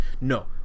No